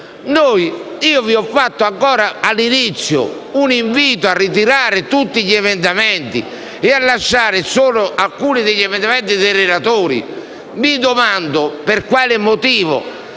campo; ho fatto all'inizio un invito a ritirare tutti gli emendamenti e a lasciare solo alcuni degli emendamenti dei relatori. Mi domando allora per quale motivo